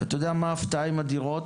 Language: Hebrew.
אתה יודע מה ההפתעה עם הדירות,